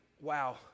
wow